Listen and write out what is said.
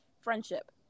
friendship